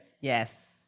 Yes